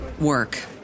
work